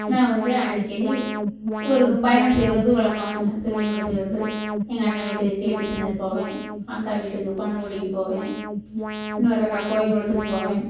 நான் வந்து அடிக்கடி ஒரு பயணம் செய்கிறது வழக்கம் நான் ஸ்ரீவைகுண்டத்துலேருந்து எங்கள் அண்ணே வீட்டுக்கு கேடிசி நகர் போவேன் அக்கா வீட்டுக்கு பனங்குடிக்குப் போவேன் இன்னொரு அக்கா கோயில் குளத்துக்குப் போவேன்